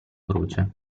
croce